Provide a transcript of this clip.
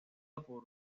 por